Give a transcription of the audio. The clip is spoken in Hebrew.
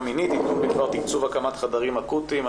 מינית עדכון בדבר תקצוב הקמת חדרים אקוטיים.